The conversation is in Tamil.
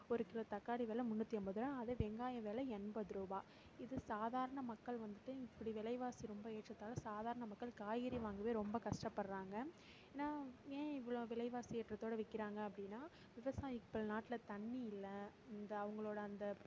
ஒரு கிலோ தக்காளி வெலை முன்னூற்றி ஐம்பது அதே வெங்காய வெலை எண்பது ரூபாய் இது சாதாரண மக்கள் வந்துட்டு இப்படி விலைவாசி ரொம்ப ஏற்றத்தால் சாதாரண மக்கள் காய்கறி வாங்கவே ரொம்ப கஷ்டப்படுறாங்க ஏன்னால் ஏன் இவ்வளோ விலைவாசி ஏற்றத்தோடய விற்கிறாங்க அப்படின்னா விவசாய இப்போ நாட்டில் தண்ணி இல்லை இந்த அவங்களோடய அந்த